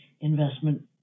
investment